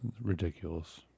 Ridiculous